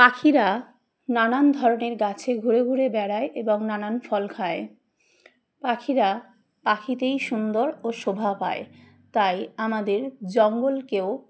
পাখিরা নানান ধরনের গাছে ঘুরে ঘুরে বেড়ায় এবং নানান ফল খায় পাখিরা পাখিতেই সুন্দর ও শোভা পায় তাই আমাদের জঙ্গলকেও